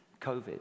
COVID